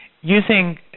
using